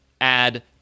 add